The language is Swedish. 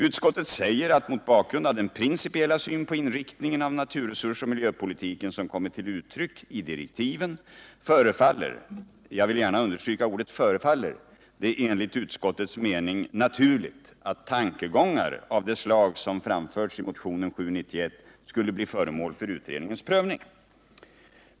Utskottet säger att mot bakgrund av den — Nr 48 principiella syn på inriktningen av naturresursoch miljöpolitiken som kommit till uttryck i direktiven förefaller — jag vill gärna understryka ordet förefaller — det enligt utskottets mening naturligt att tankegångar av det slag som framförts i motionen 1977/78:791 skulle bli föremål för utredningens prövning.